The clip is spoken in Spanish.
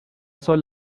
son